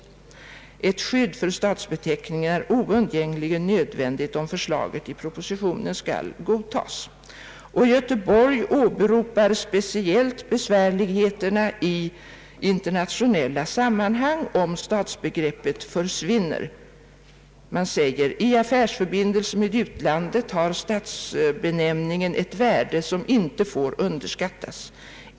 ——— Ett skydd för stadsbeteckningen är oundgänglingen nödvändigt om förslaget i propositionen godtas.» Göteborg åberopar speciellt besvärligheterna i internationella sammanhang om stadsbegreppet försvinner. Man säger: »I affärsförbindelse med utlandet har stadsbenämningen ett värde som ej får underskattas.